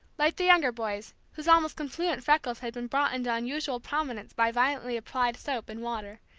like the younger boys, whose almost confluent freckles had been brought into unusual prominence by violently applied soap and water,